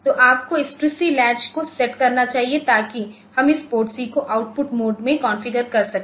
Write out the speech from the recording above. तो आपको इस TRISC लैच को सेट करना चाहिए ताकि हम इस PORTC को आउटपुट मोड में कॉन्फ़िगर कर सके